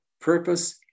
purpose